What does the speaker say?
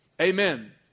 Amen